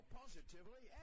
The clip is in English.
positively